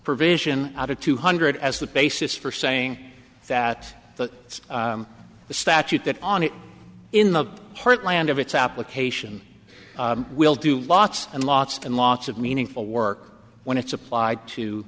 provision out of two hundred as the basis for saying that it's the statute that on it in the heartland of its application will do lots and lots and lots of meaningful work when it's applied to